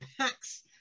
packs